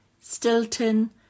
Stilton